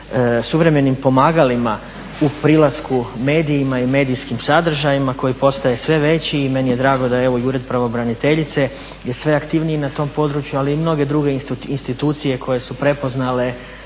suvremenim pomagalima u prilasku medijima i medijskim sadržajima koji postaje sve veći. I meni je drago da evo i Ured pravobraniteljice je sve aktivniji na tom području, ali i mnoge druge institucije koje su prepoznale